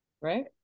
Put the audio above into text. Right